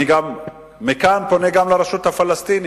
אני מכאן פונה גם לרשות הפלסטינית,